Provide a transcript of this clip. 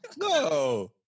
No